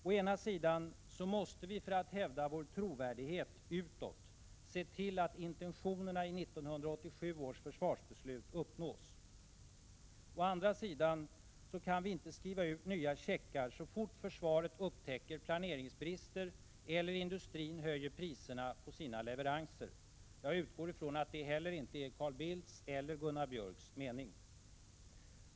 Å ena sidan måste vi för att hävda vår trovärdighet utåt se till att intentionerna i 1987 års försvarsbeslut uppnås. Å andra sidan kan vi inte skriva ut nya checkar så fort försvaret upptäcker planeringsbrister eller industrin höjer priserna på sina leveranser. Jag utgår ifrån att det heller inte är Carl Bildts eller Gunnar Björks mening.